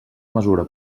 mesura